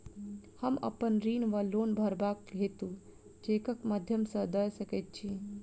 हम अप्पन ऋण वा लोन भरबाक हेतु चेकक माध्यम सँ दऽ सकै छी?